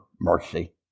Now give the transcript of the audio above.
mercy